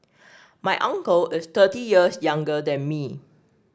my uncle is thirty years younger than me